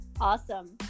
awesome